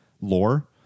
lore